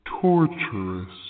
torturous